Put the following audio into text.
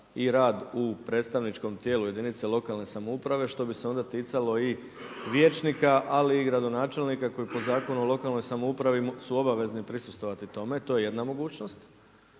i rad u predstavničkom tijelu jedinice lokalne samouprave što bi se onda ticalo i vijećnika ali i gradonačelnika koji po Zakonu o lokalnoj samoupravi su obavezni prisustvovati tome. To je jedna mogućnost.